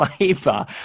labor